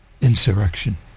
insurrection